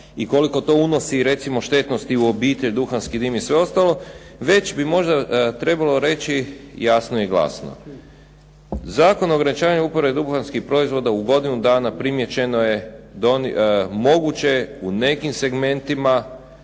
i koliko to unosi recimo štetnosti u obitelj, duhanski dim i sve ostalo već bi možda trebalo reći jasno i glasno. Zakon o ograničavanju uporabe duhanskih proizvoda, u godinu dana primijećeno je da on moguće je u nekim segmentima